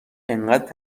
انقدر